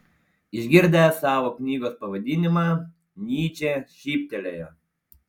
išgirdęs savo knygos pavadinimą nyčė šyptelėjo